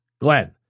Glenn